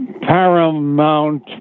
Paramount